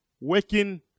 working